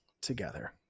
together